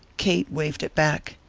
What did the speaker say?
kate waved it back.